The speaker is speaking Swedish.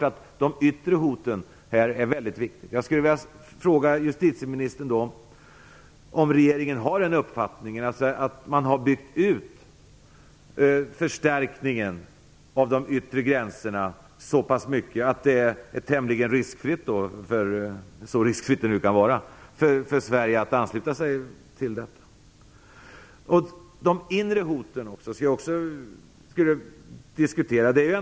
Jag vill då fråga justitieministern om regeringen anser att man har byggt ut förstärkningen vid de yttre gränserna så pass mycket att det är tämligen riskfritt - så riskfritt det nu kan vara - för Sverige att ansluta sig till Schengenavtalet. De inre hoten måste man också diskutera.